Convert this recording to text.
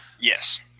Yes